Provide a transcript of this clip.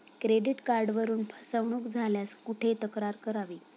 Credit कार्डवरून फसवणूक झाल्यास कुठे तक्रार करावी?